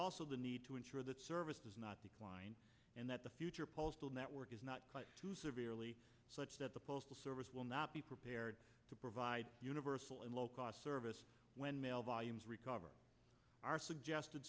also the need to ensure that service does not decline and that the future postal network is not quite severely such that the postal service will not be prepared to provide universal and low cost service when mail volumes recover our suggested